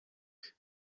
and